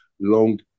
long